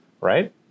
right